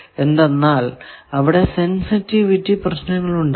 എന്തെന്നാൽ അവിടെ സെൻസിറ്റിവിറ്റി പ്രശ്നങ്ങൾ ഉണ്ടാകാം